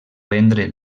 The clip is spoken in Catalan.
vendre